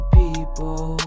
people